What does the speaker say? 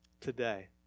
Today